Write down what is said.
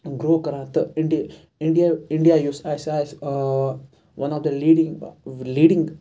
گرو کَران تہٕ اِنڈیا یُس آسہِ سُہ آسہِ one of the leading leading